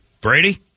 Brady